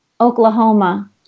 Oklahoma